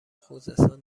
خوزستان